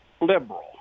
liberal